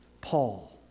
Paul